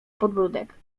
podbródek